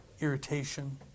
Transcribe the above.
irritation